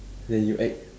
then you act